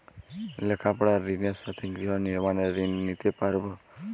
লেখাপড়ার ঋণের সাথে গৃহ নির্মাণের ঋণ নিতে পারব?